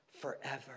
forever